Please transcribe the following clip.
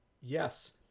Yes